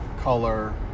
color